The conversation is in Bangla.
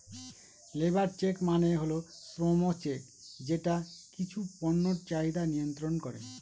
লেবার চেক মানে হল শ্রম চেক যেটা কিছু পণ্যের চাহিদা মিয়ন্ত্রন করে